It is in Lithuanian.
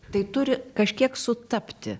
tai turi kažkiek sutapti